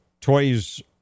Toys